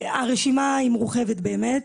הרשימה היא רחבה מאוד באמת.